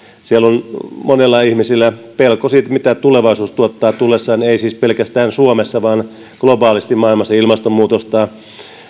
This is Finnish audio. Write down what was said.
siellä on monilla ihmisillä pelko siitä mitä tulevaisuus tuottaa tullessaan ei siis pelkästään suomessa vaan globaalisti maailmassa ilmastonmuutosta